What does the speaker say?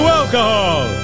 alcohol